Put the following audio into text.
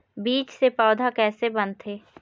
बीज से पौधा कैसे बनथे?